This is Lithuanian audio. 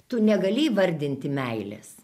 tu negali įvardinti meilės